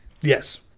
Yes